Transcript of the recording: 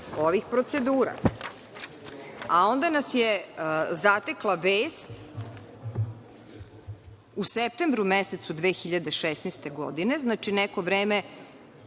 ovih procedura. Onda nas je zatekla vest u septembru mesecu 2016. godine, znači, neko vreme